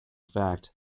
fact